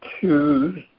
choose